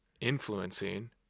influencing